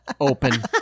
open